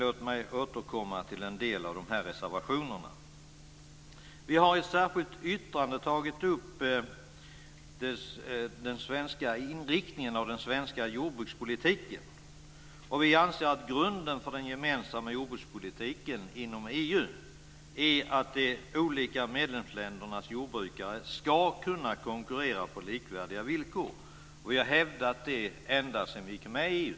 Låt mig återkomma till en del av de här reservationerna. I ett särskilt yttrande tar vi upp frågan om inriktningen av den svenska jordbrukspolitiken. Vi anser att grunden för den gemensamma jordbrukspolitiken inom EU är att de olika medlemsländernas jordbrukare ska kunna konkurrera på likvärdiga villkor. Detta har vi hävdat ända sedan Sverige gick med i EU.